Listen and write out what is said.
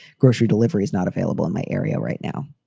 grocery delivery is not available in my area right now,